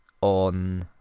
on